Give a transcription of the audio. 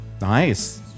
Nice